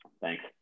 Thanks